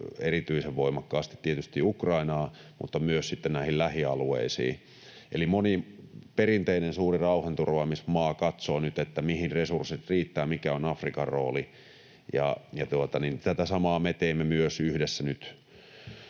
erityisen voimakkaasti tietysti Ukrainaan mutta myös lähialueisiin. Eli moni perinteinen suuri rauhanturvaamismaa katsoo nyt, mihin resurssit riittävät, mikä on Afrikan rooli. Tätä samaa me teemme nyt myös yhdessä